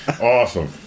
Awesome